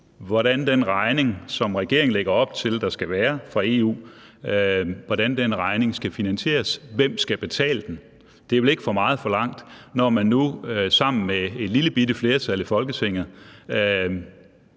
hvordan den regning, som regeringen lægger op til der skal være fra EU, skal finansieres, altså hvem der skal betale den? Det er vel ikke for meget forlangt, når man nu sammen med et lillebitte flertal i Folketinget